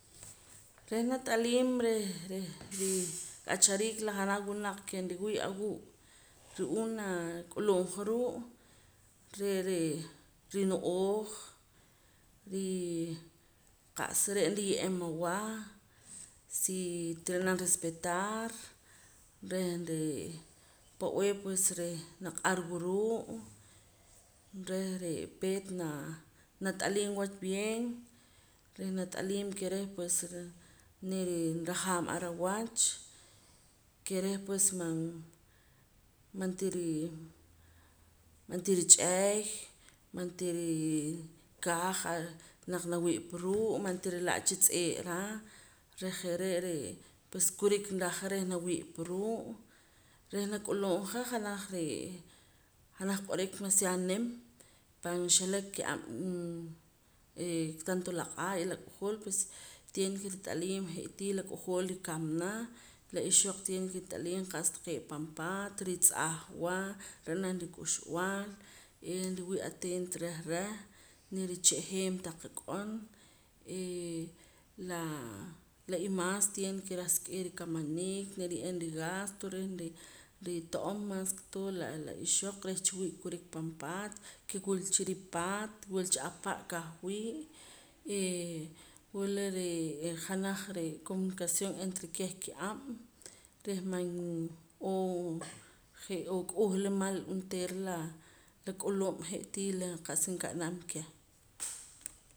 Reh nat'aliim reh reh rik'achariik la janaj wunaq ke nriwii' awuu' ru'uum naak'ulub' ja ruu' re're' rino'ooj rii qa'sa re' nriye'em awah si tiri'nam repetar reh ree' pab'ee pues reh naq'ar wa ruu' reh ree' peet na nat'aliim wach bien reh nat'aliim ke reh pues niri nrajaam ar awach ke reh pues man man tiri mantich'ey man tiri kaaj reh naq nawii'pa ruu' man tiri la'cha tz'ee' ra reh je're' pues kurik raja reh nawii' pa ruu' reh nak'ulub' janaj ree' janaj q'orik maciado nim pan xelek kiab' ee tanto la q'aa' y la k'ojool pues tiene ke rit'aliim je' la k'ojool rikamna la ixoq tiene ke rit'aliim qa'sa taqee' pan paat ritz'aj wa ra'nam rik'uxb'aal ee nriwii' atento reh reh niricha'jeen taq ak'on ee laa la imaas tiene ke rah sik'im rikamaniik nriye'eem rigasto reh nrito'om mas ke todo la la ixoq reh chiwii' kurik pan paat ke wulcha ripaat wulcha ahpa' kah wii' ee wula ree' janaj ree' comunicación entre keh ka'ab' reh man oo je' ook'uhla mal onteera la la k'ulub' je'tii la qa'sa nka'nam keh